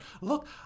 Look